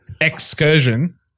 Excursion